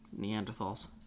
Neanderthals